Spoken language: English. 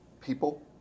people